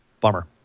Bummer